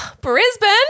Brisbane